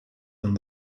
and